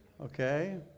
Okay